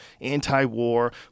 anti-war